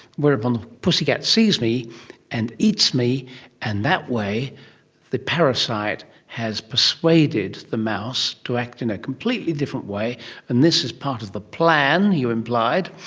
whereupon the pussycat sees me and eats me and that way the parasite has persuaded the mouse to act in a completely different way and this is part of the plan, you implied,